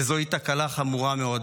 וזוהי תקלה חמורה מאוד.